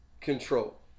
control